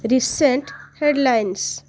recent headlines